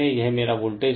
यह मेरा वोल्टेज है